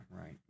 right